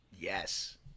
Yes